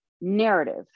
narrative